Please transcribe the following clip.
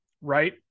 right